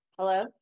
Hello